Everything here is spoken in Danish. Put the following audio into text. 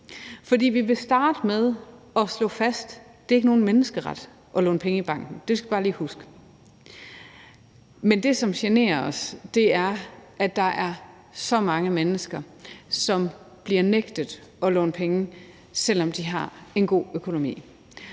vi vil starte med at slå fast, at det ikke er nogen menneskeret at låne penge i banken. Det skal vi bare lige huske. Men det, som generer os, er, at der er så mange mennesker, som bliver nægtet at låne penge, selv om de har en god økonomi.